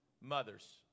Mothers